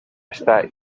està